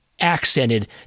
accented